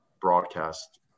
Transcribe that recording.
broadcast